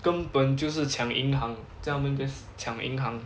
根本就是抢银行叫他们 just 抢银行